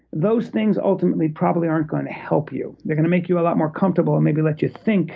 those things ultimately probably aren't going to help you. they're going to make you a lot more comfortable, and maybe let you think